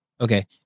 Okay